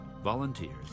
volunteers